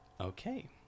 Okay